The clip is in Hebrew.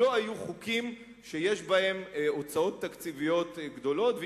הם לא היו חוקים שיש בהם הוצאות תקציביות גדולות,